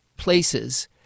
places